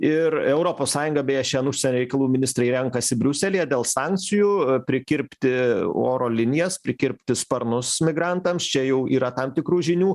ir europos sąjunga beje šian užsienio reikalų ministrai renkasi briuselyje dėl sankcijų prikirpti oro linijas prikirpti sparnus migrantams čia jau yra tam tikrų žinių